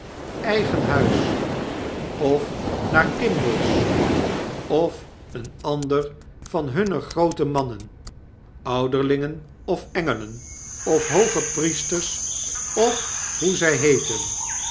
eigen huis of naar kimball's of een ander van hunne groote mannen ouderlingen of engelen of hoogepriesters of hoe zy heeten